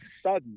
sudden